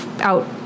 out